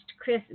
Chris